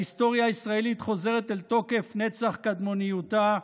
ההיסטוריה הישראלית חוזרת אל תוקף נצח קדמוניותה,